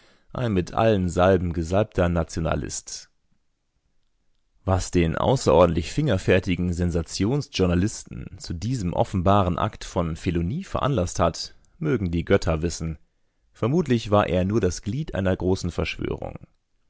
mit allen salben gesalbter nationalist was den außerordentlich fingerfertigen sensationsjournalisten zu diesem offenbaren akt von felonie veranlaßt hat mögen die götter wissen vermutlich war er nur das glied einer großen verschwörung